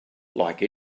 like